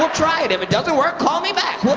we'll try it. if it doesn't work, call me back. we'll